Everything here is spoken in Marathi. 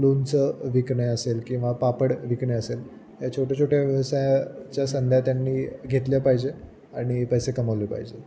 लोणचं विकणे असेल किंवा पापड विकणे असेल या छोट्या छोट्या व्यवसायाच्या संधी त्यांनी घेतल्या पाहिजे आणि पैसे कमवले पाहिजेत